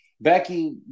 Becky